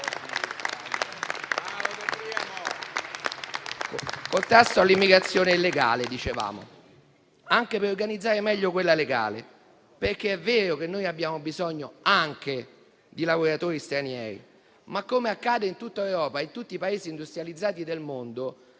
contrasto all'immigrazione illegale, dicevamo, serve anche per organizzare meglio quella legale, perché è vero che abbiamo bisogno anche di lavoratori stranieri, ma, come accade in tutta Europa e in tutti i Paesi industrializzati del mondo,